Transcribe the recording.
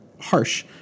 harsh